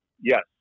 Yes